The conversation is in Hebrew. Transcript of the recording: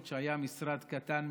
עוד כשהיה משרד קטן,